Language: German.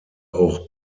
auch